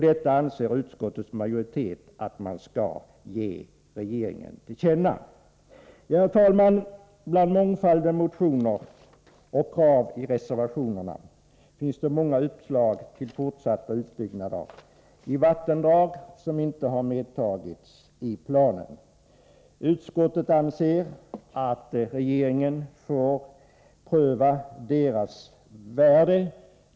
Detta anser utskottets majoritet att man skall ge regeringen till känna. Bland mångfalden motioner och krav i reservationerna finns det många uppslag till fortsatta utbyggnader i vattendrag som inte medtagits i planen. Utskottet anser att regeringen får pröva deras värde.